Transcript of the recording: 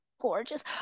Gorgeous